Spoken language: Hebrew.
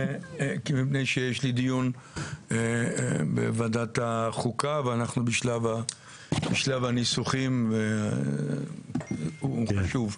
מפני שיש לי דיון בוועדת החוקה ואנחנו בשלב הניסוחים והוא חשוב.